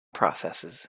processes